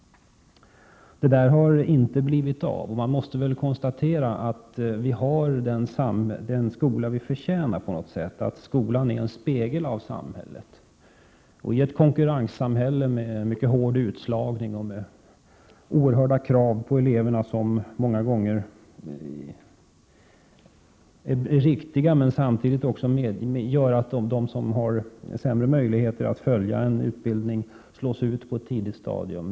Det där har inte blivit av, och man måste väl konstatera att vi på något sätt har den skola som vi förtjänar. Skolan är en spegel av samhället. Vi har ett konkurrenssamhälle med mycket hård utslagning och oerhörda krav på eleverna, krav som ofta är riktiga men som samtidigt också medför att de som har sämre möjligheter att följa en utbildning slås ut på ett tidigt stadium.